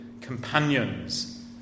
companions